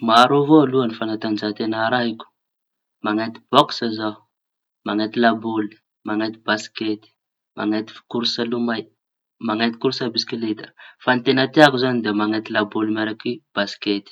Maro avao aloha fañatanjahan-teña teña arahiko mañenty boksa aloha, mañenty laboly, mañenty baskety, mañenty korsy lomay, mañenty korsa bisikileta. Fa ny teña tiako zañy mañenty laboly miaraky baskety.